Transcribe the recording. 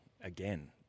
again